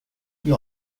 you